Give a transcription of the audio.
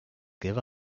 give